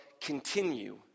continue